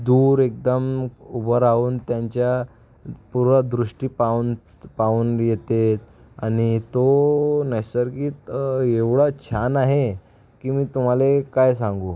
दूर एकदम उभं राहून त्यांच्या पुरं दृष्टी पाहून पाहून येते आणि तो नैसर्गित एवढं छान आहे की मी तुम्हाला काय सांगू